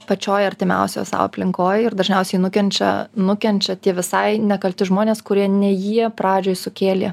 pačioj artimiausioj sau aplinkoj ir dažniausiai nukenčia nukenčia tie visai nekalti žmonės kurie ne jie pradžioj sukėlė